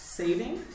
saving